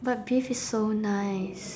but beef is so nice